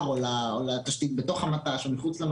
או לתשתית בתוך המט"ש או מחוצה לו.